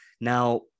Now